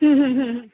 हं हं हं ह